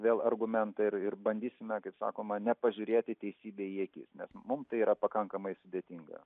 vėl argumentą ir ir bandysime kaip sakoma nepažiūrėti teisybei į akis nes mums tai yra pakankamai sudėtinga